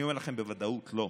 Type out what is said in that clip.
אני אומר לכם בוודאות, לא.